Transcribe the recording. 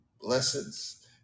blessings